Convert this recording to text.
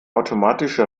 automatische